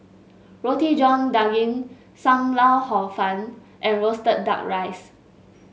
Roti John Daging Sam Lau Hor Fun and roasted duck rice